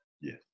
yes